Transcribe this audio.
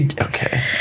Okay